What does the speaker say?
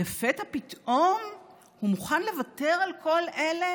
לפתע פתאום הוא מוכן לוותר על כל אלה